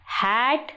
hat